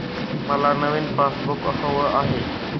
मला नवीन पासबुक हवं आहे